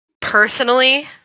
personally